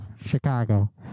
Chicago